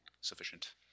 sufficient